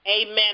Amen